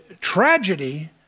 tragedy